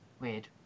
weird